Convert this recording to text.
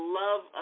love